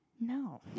No